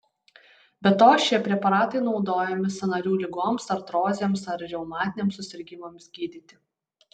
be to šie preparatai naudojami sąnarių ligoms artrozėms ar reumatiniams susirgimams gydyti